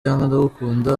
ndagukunda